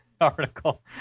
article